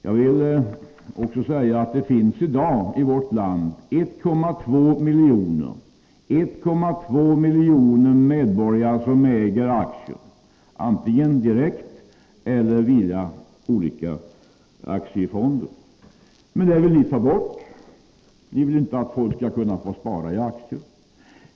Jag vill också säga att det i dag i vårt land finns 1,2 miljoner medborgare som äger aktier, antingen direkt eller via olika aktiefonder. Men det vill ni ta bort! Ni vill inte att folk skall få spara i aktier.